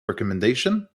recommendation